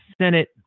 Senate